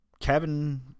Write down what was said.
Kevin